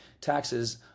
taxes